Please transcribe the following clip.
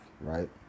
right